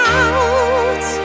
out